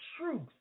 truth